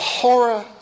horror